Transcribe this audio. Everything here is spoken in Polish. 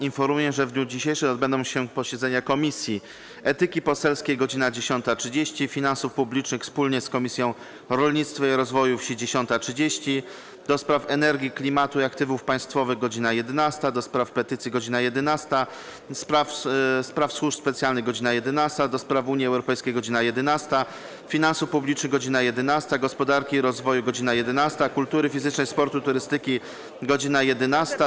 Informuję, że w dniu dzisiejszym odbędą się posiedzenia Komisji: - Etyki Poselskiej - godz. 10.30, - Finansów Publicznych wspólnie z Komisją Rolnictwa i Rozwoju Wsi - godz. 10.30, - do Spraw Energii, Klimatu i Aktywów Państwowych - godz. 11, - do Spraw Petycji - godz. 11, - do Spraw Służb Specjalnych - godz. 11, - do Spraw Unii Europejskiej - godz. 11, - Finansów Publicznych - godz. 11, - Gospodarki i Rozwoju - godz. 11, - Kultury Fizycznej, Sportu i Turystyki - godz. 11,